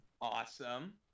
Awesome